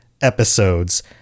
episodes